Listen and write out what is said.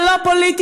זה לא פוליטיקה,